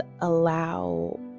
allow